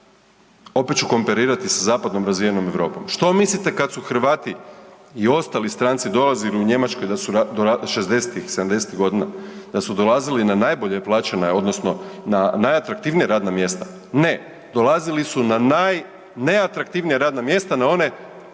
Opet ću komparirati sa zapadnom razvijenom Europom. Što mislite, kad su Hrvati i ostali stranci dolazili u Njemačku da su, 60-ih, 70-ih godina, da su dolazili na najbolje plaćena, odnosno na najatraktivnija radna mjesta? Ne. Dolazili su na najneatraktivnija radna mjesta, na one,